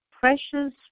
precious